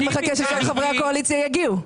אני רק מחכה שכל חברי הקואליציה יגיעו.